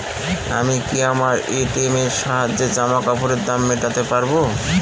আমি কি আমার এ.টি.এম এর সাহায্যে জামাকাপরের দাম মেটাতে পারব?